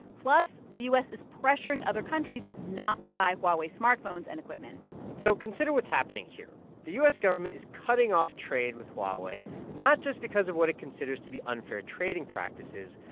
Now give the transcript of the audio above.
plus, the u s. is pressuring other countries not to buy huawei smartphones and equipment so consider what's happening here. the u s. government is cutting off trade with huawei not just because of what it considers to be unfair trading practices,